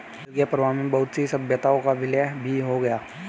जल के प्रवाह में बहुत सी सभ्यताओं का विलय भी हो गया